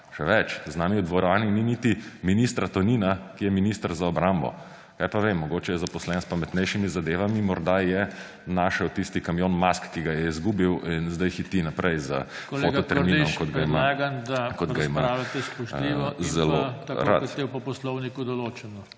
Še več, z nami v dvorani ni niti ministra Tonina, ki je minister za obrambo. Kaj pa vem, mogoče je zaposlen s pametnejšimi zadevami. Morda je našel tisti kamion mask, ki ga je izgubil, in sedaj hiti naprej za fototerminom … **PODPREDSEDNIK